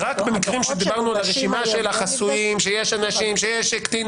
למעט אותה רשימה של חסויים וקטינים